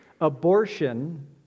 abortion